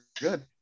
Good